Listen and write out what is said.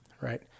Right